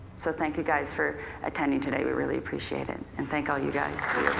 so thank you guys for attending today, we really appreciate it. and thank all you guys